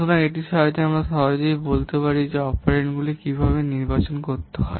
সুতরাং এটির সাহায্যে আমরা সহজেই করতে পারি এবং অপারেন্ডগুলি কীভাবে নির্বাচন করতে হয়